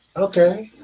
Okay